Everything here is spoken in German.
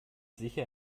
sicher